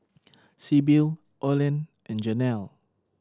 Sibyl Olen and Janel